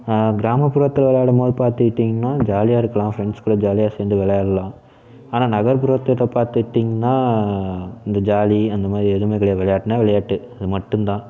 கிராமப்புறத்தில் விளையாடும் போது பார்த்துக்கிட்டிங்ன்னா இந்த ஜாலியாக இருக்கலாம் ஃப்ரெண்ட்ஸ் கூட ஜாலியாக சேர்ந்து விளையாடலாம் ஆனால் நகர்புறத்தில் பார்த்துக்கிட்டிங்ன்னா இந்த ஜாலி அந்தமாதிரி எதுவுமே கிடையாது விளையாட்டுனால் விளையாட்டு அது மட்டும்தான்